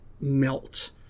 melt